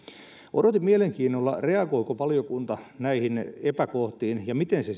odotin mielenkiinnolla reagoiko valiokunta näihin epäkohtiin ja miten se